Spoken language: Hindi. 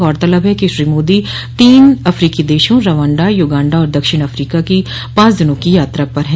गौरतलब है कि श्री मोदी तीन अफ्रीकी देशों रवांडा युगांडा और दक्षिण अफ्रीका की पांच दिनों की यात्रा पर है